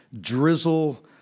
Drizzle